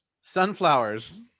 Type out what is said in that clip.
Sunflowers